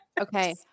Okay